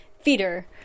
feeder